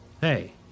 Hey